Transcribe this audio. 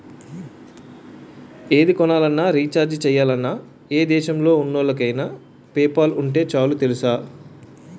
ఏది కొనాలన్నా, రీచార్జి చెయ్యాలన్నా, ఏ దేశంలో ఉన్నోళ్ళకైన పేపాల్ ఉంటే చాలు తెలుసా?